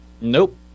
Nope